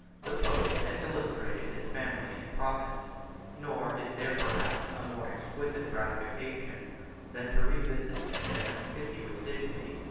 the pope had illustrated his family and province nor is there perhaps a more exquisite gratification than to revisit, in a conspicuous dignity,